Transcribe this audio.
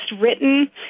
written